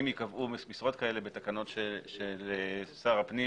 אם ייקבעו משרות כאלה בתקנות של שר הפנים